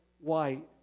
white